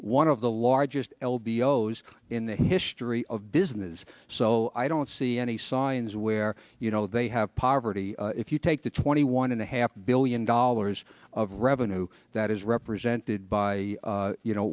one of the largest l b o s in the history of business so i don't see any signs where you know they have poverty if you take the twenty one and a half billion dollars of revenue that is represented by you know